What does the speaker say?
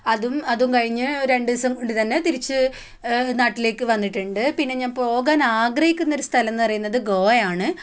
അതും അതും കഴിഞ്ഞ് രണ്ടു ദിവസം കൊണ്ട് തന്നെ തിരിച്ച് നാട്ടിലേക്ക് വന്നിട്ടുണ്ട് പിന്നെ ഞാൻ പോകാൻ ആഗ്രഹിക്കുന്ന ഒരു സ്ഥലം എന്ന് പറയുന്നത് ഗോവ ആണ്